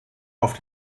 auf